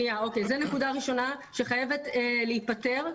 זו נקודה ראשונה שחייבת להפתר,